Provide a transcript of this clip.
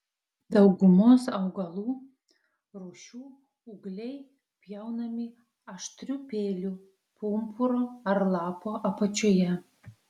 daugumos augalų rūšių ūgliai pjaunami aštriu peiliu pumpuro ar lapo apačioje